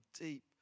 deep